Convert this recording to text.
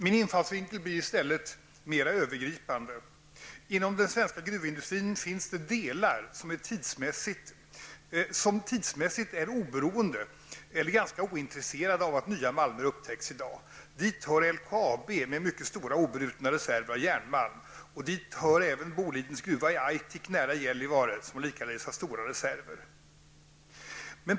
Min infallsvinkel blir i stället mera övergripande. Inom den svenska gruvindustrin finns det delar, som tidsmässigt är om inte oberoende så dock ganska ointresserade av att nya malmer upptäcks i dag. Dit hör LKAB med mycket stora obrutna reserver av järnmalm, och dit hör även Bolidens gruva i Aitik nära Gällivare som likaledes har stora reserver.